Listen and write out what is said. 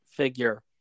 Figure